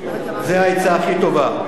זה העצה הכי טובה.